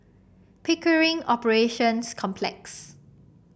Pickering Operations Complex